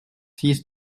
six